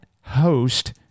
host